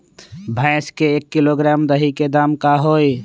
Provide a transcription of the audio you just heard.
भैस के एक किलोग्राम दही के दाम का होई?